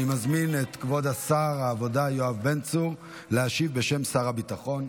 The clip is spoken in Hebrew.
אני מזמין את כבוד שר העבודה יואב בן צור להשיב בשם שר הביטחון.